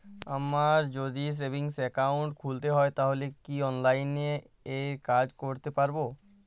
আমায় যদি savings account খুলতে হয় তাহলে কি অনলাইনে এই কাজ করতে পারবো?